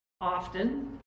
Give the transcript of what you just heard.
often